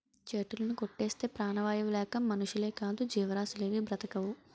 చెట్టులుని కొట్టేస్తే ప్రాణవాయువు లేక మనుషులేకాదు జీవరాసులేవీ బ్రతకవు